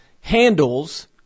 handles